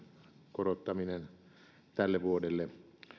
korottaminen tälle vuodelle